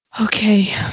Okay